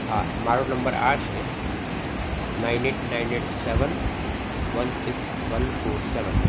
હા મારો નંબર આ છે nine eight nine eight seven one six one four સેવન